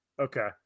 Okay